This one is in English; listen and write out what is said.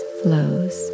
flows